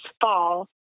fall